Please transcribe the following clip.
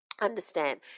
understand